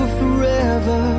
forever